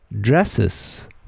dresses